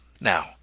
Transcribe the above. Now